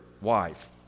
wife